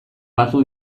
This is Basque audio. batu